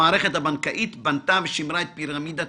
המערכת הבנקאית בנתה ושמרה את פירמידת